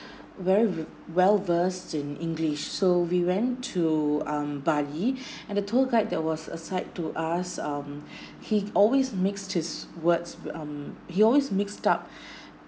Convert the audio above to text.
very well versed in english so we went to um bali and the tour guide that was assigned to us um he always mixed his words um he always mixed up